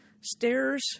stairs